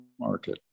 market